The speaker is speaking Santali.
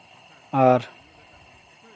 ᱟᱨ